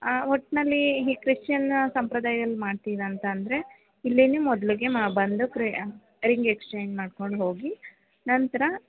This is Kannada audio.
ಒಟ್ಟಿನಲ್ಲಿ ಈ ಕ್ರಿಶ್ಚಿಯನ್ ಸಂಪ್ರದಾಯಲ್ಲಿ ಮಾಡ್ತೀರ ಅಂತಂದರೆ ಇಲ್ಲಿನೇ ಮೊದಲಿಗೆ ಮಾ ಬಂದು ರಿಂಗ್ ಎಕ್ಸ್ಚೇಂಜ್ ಮಾಡ್ಕೊಂಡು ಹೋಗಿ ನಂತರ